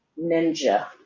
ninja